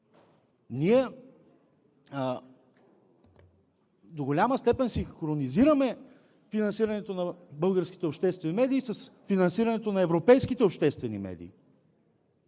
а до голяма степен синхронизираме финансирането на българските обществени медии с финансирането на европейските обществени медии.